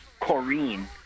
Corrine